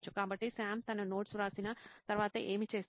కాబట్టి సామ్ తన నోట్స్ వ్రాసిన తర్వాత ఏమి చేస్తాడు